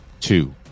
two